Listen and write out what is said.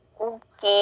Okay